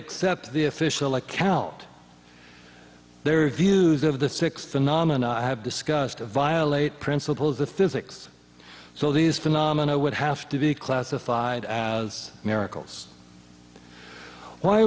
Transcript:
accept the official account their views of the six phenomena i have discussed violate principles of physics so these phenomena would have to be classified as miracles why